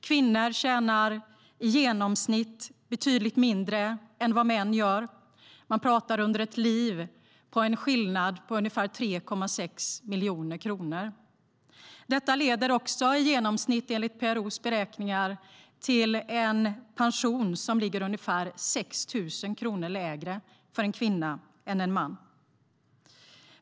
Kvinnor tjänar i genomsnitt betydligt mindre än män. Man pratar om en skillnad på ungefär 3,6 miljoner kronor under ett liv. Detta leder enligt PRO:s beräkningar till en pension som i genomsnitt ligger ungefär 6 000 kronor lägre för en kvinna än för en man.